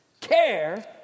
care